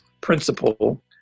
principle